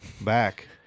back